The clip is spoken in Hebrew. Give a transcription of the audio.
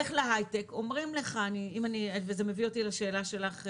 לך להיי-טק זה מביא אותך לשאלה שלך,